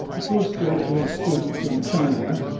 a postgraduate student from china,